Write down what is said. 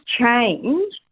change